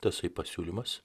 tasai pasiūlymas